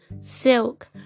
silk